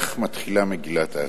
כך מתחילה מגילת העצמאות.